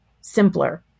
simpler